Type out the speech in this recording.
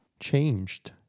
changed